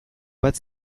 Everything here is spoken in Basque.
bat